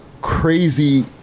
crazy